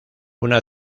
una